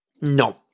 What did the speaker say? no